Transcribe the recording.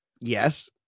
Yes